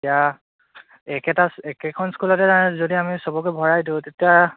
এতিয়া একেটা একেখন স্কুলতে তাৰমানে যদি আমি চবকে ভৰাই দিওঁ তেতিয়া